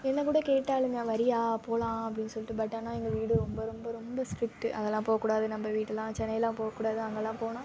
என்னை கூட கேட்டாளுங்க வரியா போகலாம் அப்படினு சொல்லிவிட்டு பட் ஆனால் எங்கள் வீடு ரொம்ப ரொம்ப ரொம்ப ஸ்ட்ரிக்ட்டு அதெல்லாம் போக கூடாது நம்ப வீடெல்லாம் சென்னையெலாம் போக கூடாது அங்கெல்லாம் போனால்